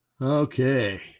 Okay